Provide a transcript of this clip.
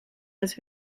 het